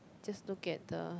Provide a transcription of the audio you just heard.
just look at the